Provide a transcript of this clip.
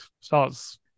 starts